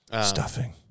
Stuffing